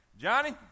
Johnny